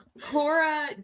Cora